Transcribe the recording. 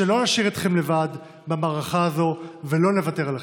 שלא נשאיר אתכם לבד במערכה הזו ולא נוותר עליכם.